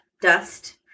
dust